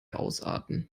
ausarten